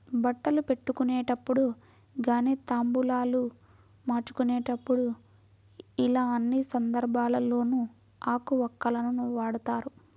బట్టలు పెట్టుకునేటప్పుడు గానీ తాంబూలాలు మార్చుకునేప్పుడు యిలా అన్ని సందర్భాల్లోనూ ఆకు వక్కలను వాడతారు